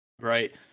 right